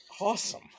Awesome